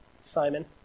Simon